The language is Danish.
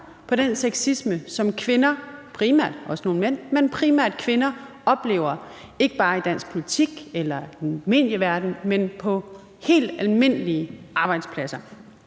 på den sexisme, som kvinder – primært, også nogle mænd, men primært kvinder – oplever ikke bare i dansk politik eller medieverdenen, men på helt almindelige arbejdspladser.